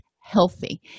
healthy